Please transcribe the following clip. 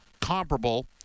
comparable